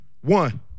One